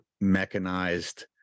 mechanized